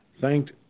thanked